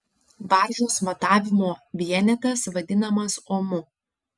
varžos matavimo vienetas vadinamas omu